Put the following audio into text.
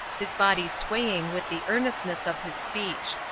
his body swaying with the earnestness of his speech.